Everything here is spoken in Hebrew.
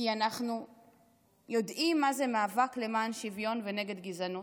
כי אנחנו יודעים מה זה מאבק למען שוויון ונגד גזענות,